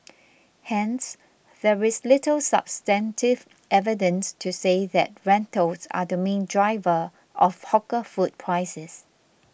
hence there is little substantive evidence to say that rentals are the main driver of hawker food prices